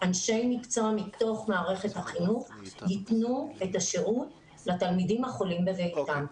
אנשי מקצוע מתוך מערכת החינוך ייתנו את השירות לתלמידים החולים בביתם.